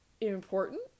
important